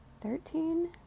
thirteen